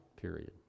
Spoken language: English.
period